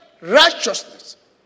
righteousness